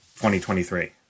2023